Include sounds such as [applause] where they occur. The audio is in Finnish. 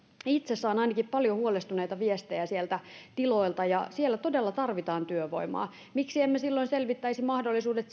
itse ainakin saan paljon huolestuneita viestejä sieltä tiloilta ja siellä todella tarvitaan työvoimaa miksi emme silloin selvittäisi mahdollisuudet [unintelligible]